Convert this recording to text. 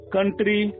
Country